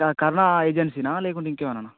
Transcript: క కర్ణ ఏజెన్సీనా లేకుంటే ఇంకేవన్నానా